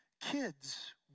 Kids